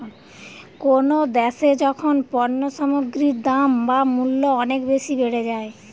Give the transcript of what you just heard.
কোনো দ্যাশে যখন পণ্য সামগ্রীর দাম বা মূল্য অনেক বেশি বেড়ে যায়